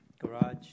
garage